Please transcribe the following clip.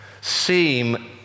seem